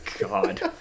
God